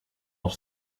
nog